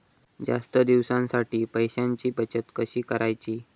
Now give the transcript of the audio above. जास्त दिवसांसाठी पैशांची बचत कशी करायची?